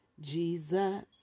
Jesus